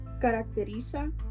caracteriza